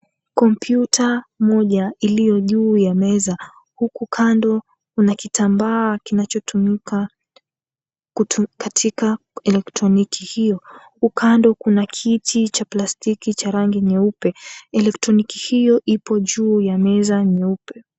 Kompyuta moja iliyo juu ya meza, huku kando kuna kitambaa kinachotumika katika electroniki hiyo. Upande kuna kiti cha plastiki cha rangi nyeupe. Elektroniki hiyo ipo juu ya meza nyeupe.